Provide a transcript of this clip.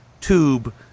tube